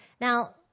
Now